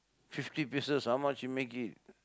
fifty pieces how much you make it